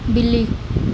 ਬਿੱਲੀ